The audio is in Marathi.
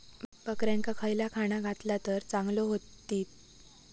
बकऱ्यांका खयला खाणा घातला तर चांगल्यो व्हतील?